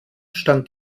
stand